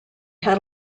had